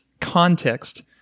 context